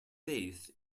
faith